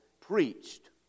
preached